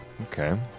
Okay